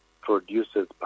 produces